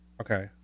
Okay